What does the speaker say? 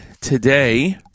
today